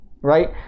right